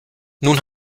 nun